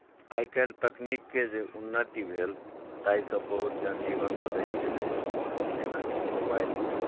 आइ काल्हि तकनीक के जे उन्नति भेल ताहिसॅं बहुत जनजीवन बदैल गेलै जेनाकि मोबाइलमे